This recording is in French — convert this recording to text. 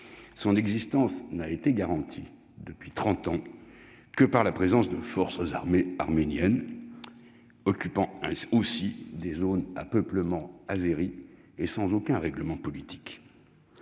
Son existence n'a été garantie depuis trente ans que par la présence de forces armées arméniennes occupant aussi des zones à peuplement azéri, et sans aucun règlement politique.